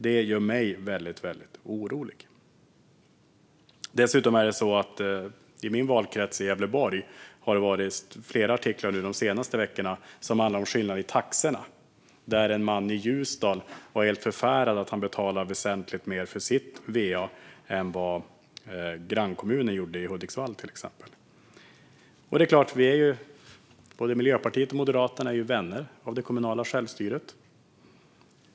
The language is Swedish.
Det här gör mig väldigt orolig. Dessutom har man i min valkrets i Gävleborg under de senaste veckorna kunnat läsa flera artiklar som handlar om skillnader i taxorna. En man i Ljusdal, till exempel, var helt förfärad över att han betalar väsentligt mer för sitt va än man gör i grannkommunen Hudiksvall. Det är klart att både Miljöpartiet och Moderaterna är vänner av det kommunala självstyret.